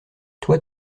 toi